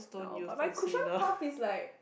now but my cushion puff is like